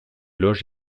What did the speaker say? loges